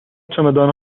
چمدان